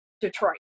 Detroit